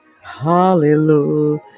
hallelujah